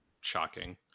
shocking